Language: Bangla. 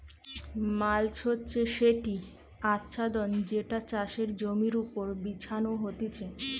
মাল্চ হচ্ছে সেটি আচ্ছাদন যেটা চাষের জমির ওপর বিছানো হতিছে